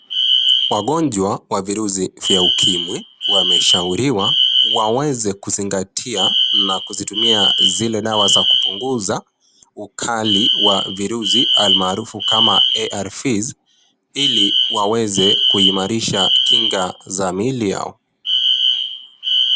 Wagonjwa wa virusi vya ukimwi wameshauriwa waweze kuzingatia na kuzitumia zile dawa za kupunguza ukali wa virusi almaarufu kama ARVs ili waweze kuimarisha Kinga za mwili Yao.